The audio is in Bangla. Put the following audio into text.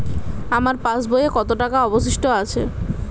আমার পাশ বইয়ে কতো টাকা অবশিষ্ট আছে?